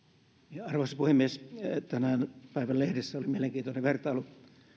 arvoisa puhemies tänään päivän lehdissä oli mielenkiintoinen vertailu